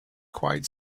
quite